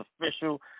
official